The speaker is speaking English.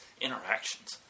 interactions